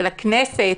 של הכנסת,